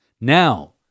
Now